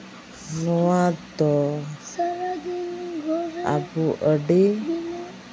ᱱᱚᱣᱟᱫᱚ ᱟᱵᱚ ᱟᱹᱰᱤ